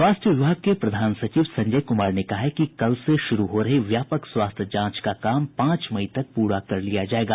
स्वास्थ्य विभाग के प्रधान सचिव संजय कुमार ने कहा है कि कल से शुरू हो रहे व्यापक स्वास्थ्य जांच का काम पांच मई तक प्ररा कर लिया जायेगा